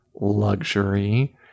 luxury